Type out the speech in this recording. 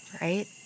right